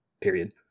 period